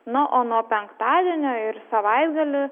na o nuo penktadienio ir savaitgalį